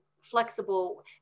flexible